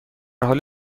حال